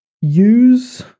use